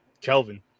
Kelvin